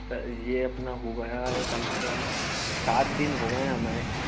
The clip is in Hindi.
सर ये अपना हो गया है कम से कम सात दिन हो गए हैं हमें